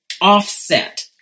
offset